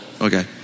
Okay